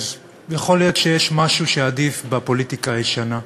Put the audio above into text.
יכול להיות שיש משהו עדיף בפוליטיקה הישנה.